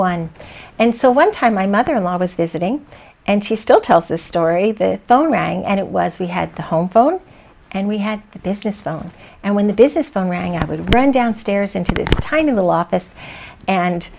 one and so one time my mother in law was visiting and she still tells the story the phone rang and it was we had the home phone and we had a business phone and when the business phone rang i would run downstairs into this tiny little office and